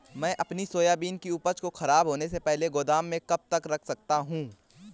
मैं अपनी सोयाबीन की उपज को ख़राब होने से पहले गोदाम में कब तक रख सकता हूँ?